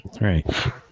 Right